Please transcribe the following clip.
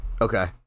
Okay